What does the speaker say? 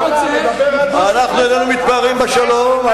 אנחנו איננו מתפארים בשלום.